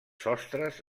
sostres